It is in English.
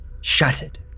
shattered